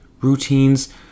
routines